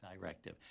directive